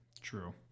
true